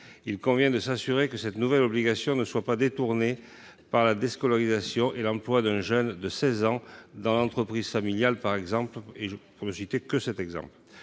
Il convient de s'assurer que cette nouvelle obligation ne soit pas contournée par la déscolarisation et l'emploi d'un jeune de 16 ans dans l'entreprise familiale, par exemple, pour ne citer que ce cas.